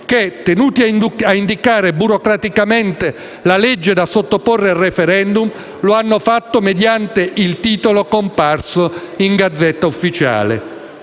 che, tenuti ad indicare burocraticamente la legge da sottoporre a *referendum*, lo hanno fatto mediante il titolo comparso in *Gazzetta Ufficiale*.